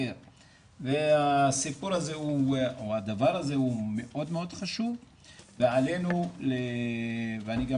אחר והסיפור הזה או הדבר הזה הוא מאוד חשוב ועלינו ואני גם